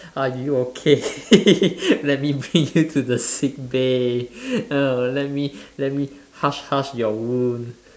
are you okay let me bring you to the sick bay oh let me let me hush hush your wound